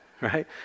Right